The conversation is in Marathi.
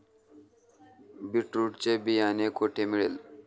बीटरुट चे बियाणे कोठे मिळेल?